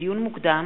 לדיון מוקדם: